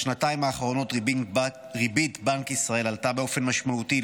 בשנתיים האחרונות ריבית בנק ישראל עלתה באופן משמעותי,